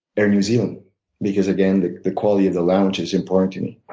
air new zealand because again, the the quality of the lounge is important to me.